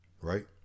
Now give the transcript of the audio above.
Right